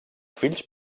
fills